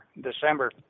December